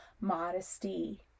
Modesty